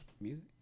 Music